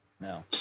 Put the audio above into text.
No